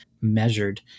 measured